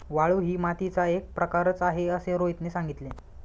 वाळू ही मातीचा एक प्रकारच आहे असे रोहितने सांगितले